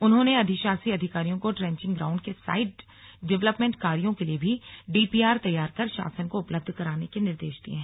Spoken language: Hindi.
उन्होंने अधिशासी अधिकारियों को ट्रेंचिंग ग्राउंड के साइड डेवलपमेंट कार्यो के लिए भी डीपीआर तैयार कर शासन को उपलब्ध कराने के निर्देश दिए हैं